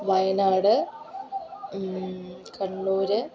Wayanad Kannur